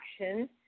action